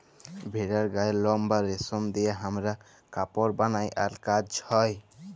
ভেড়ার গায়ের লম বা রেশম দিয়ে হামরা কাপড় বালাই আর কাজ হ্য়